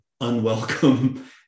unwelcome